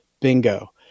bingo